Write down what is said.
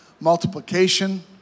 multiplication